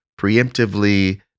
preemptively